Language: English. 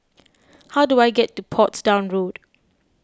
how do I get to Portsdown Road